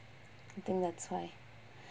I think that's why